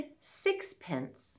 sixpence